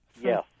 Yes